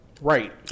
Right